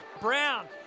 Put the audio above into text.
Brown